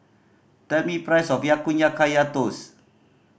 tell me price of Ya Kun ya Kaya Toast